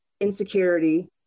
insecurity